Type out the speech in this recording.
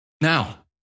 Now